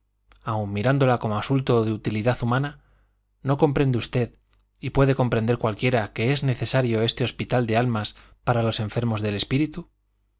aun mirándola como asunto de utilidad humana no comprende usted y puede comprender cualquiera que es necesario este hospital de almas para los enfermos del espíritu